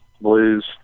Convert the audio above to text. blues